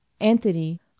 Anthony